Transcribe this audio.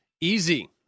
easy